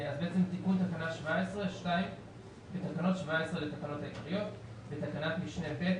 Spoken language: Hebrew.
תיקון תקנה 17 בתקנה 17 לתקנות העיקריות - בתקנת משנה (ב),